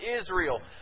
Israel